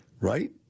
right